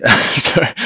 Sorry